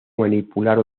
manipular